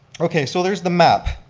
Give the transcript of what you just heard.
okay, so there's the map.